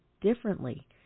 differently